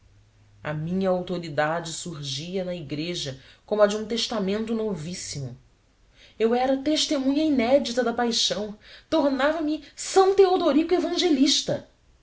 a minha autoridade surgia na igreja como a de um testamento novíssimo eu era uma testemunha inédita da paixão tomava me s teodorico evangelista